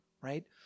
Right